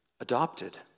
adopted